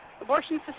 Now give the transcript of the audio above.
abortion